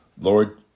Lord